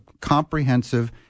comprehensive